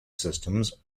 systems